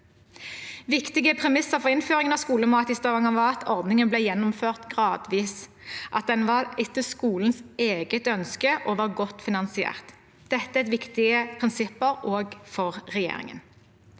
Viktige premisser for innføring av skolemat i Stavanger var at ordningen ble gjennomført gradvis, at den var etter skolens eget ønske, og at den var godt finansiert. Dette er viktige prinsipper også for regjeringen.